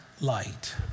light